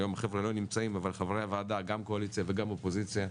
היום החברים לא נמצאים אבל חברי הוועדה גם קואליציה וגם אופוזיציה,